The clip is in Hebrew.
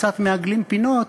קצת מעגלים פינות.